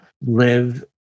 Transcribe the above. live